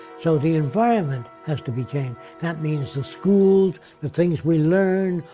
so, the environment has to be changed. that means the schools, the things we learn,